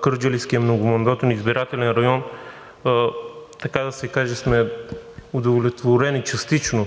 Кърджалийския многомандатен избирателен район, така да се каже, сме удовлетворени частично,